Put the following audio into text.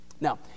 Now